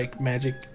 magic